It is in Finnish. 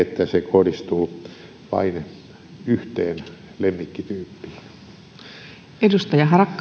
että se kohdistuu vain yhteen lemmikkityyppiin arvoisa